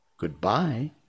Goodbye